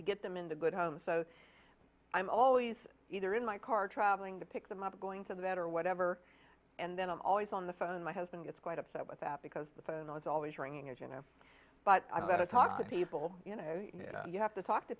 to get them into good homes so i'm always either in my car traveling to pick them up going to the vet or whatever and then i'm always on the phone my husband gets quite upset with that because the phone i was always ringing and you know but i've got to talk to people you know you have to talk to